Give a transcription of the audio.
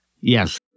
Yes